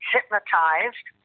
Hypnotized